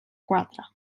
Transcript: quatre